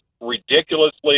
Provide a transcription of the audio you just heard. ridiculously